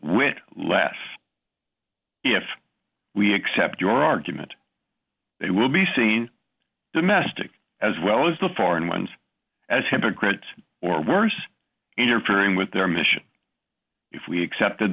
whit less if we accept your argument they will be seen domestic as well as the foreign ones as hypocrite or worse interfering with their mission if we accepted